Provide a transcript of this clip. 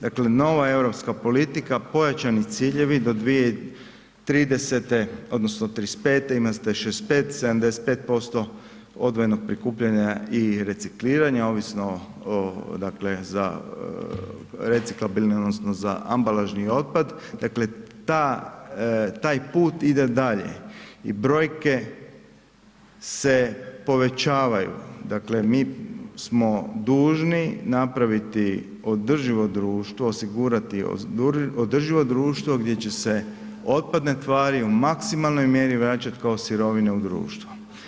Dakle nova europska politika, pojačani ciljevi do 2030. odnosno 2035., imate 65, 75% odvojenog prikupljanja i recikliranja, ovisno za reciklabilne odnosno za ambalažni otpad dakle taj put ide dalje i brojke se povećavaju, dakle mi smo dužni napraviti održivo društvo, osigurati održivo, gdje će se otpadne tvari u maksimalnoj mjeri vraćati kao sirovina u društvo.